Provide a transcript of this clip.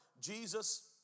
Jesus